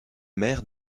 maire